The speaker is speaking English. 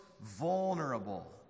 vulnerable